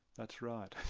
that's right.